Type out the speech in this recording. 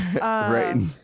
Right